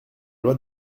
loi